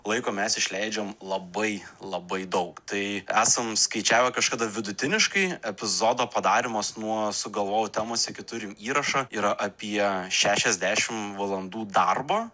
laiko mes išleidžiam labai labai daug tai esam skaičiavę kažkada vidutiniškai epizodo padarymas nuo sugalvojau temos iki turim įrašą yra apie šešiasdešimt valandų darbo